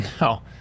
No